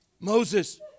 Moses